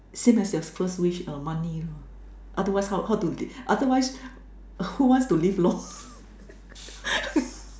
same as your first wish err money lor otherwise how how to live otherwise who wants to live long